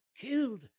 killed